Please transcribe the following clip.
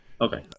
okay